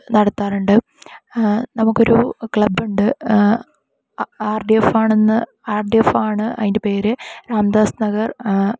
നടത്താറുണ്ട് നമുക്കൊരു ക്ലബ്ബുണ്ട് ആർ ഡി എഫ് ആണെന്ന് ആർ ഡി എഫ് ആണ് അതിൻ്റെ പേര് അന്തസ് നഗർ